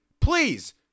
Please